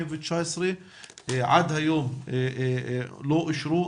עד היום לא אישורו.